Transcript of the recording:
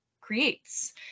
creates